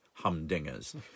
humdingers